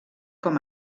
com